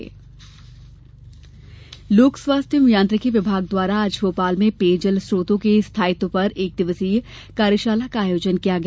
कार्यशाला लोक स्वास्थ्य यांत्रिकी विभाग द्वारा आज भोपाल में पेयजल स्त्रोतों के स्थायित्व पर एक दिवसीय कार्यशाला का आयोजन किया गया